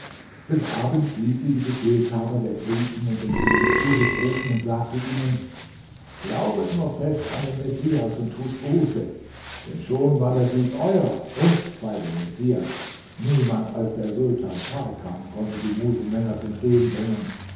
des abends ließ sie die befehlshaber der griechen und den könig zu sich rufen und sagte ihnen glaubet nur fest an den messias und tut buße denn schon war der sieg euer und bei dem messias niemand als der sultan scharkan konnte die muselmänner zum stehen bringen